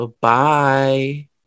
Bye